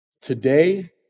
Today